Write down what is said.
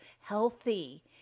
healthy